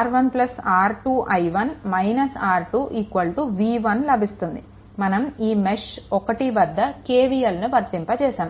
R 1 R 2 I1 R 2 v1 లభిస్తుంది మనం ఈ మెష్1 వద్ద KVLను వర్తింపచేసాము